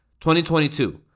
2022